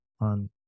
on